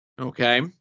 Okay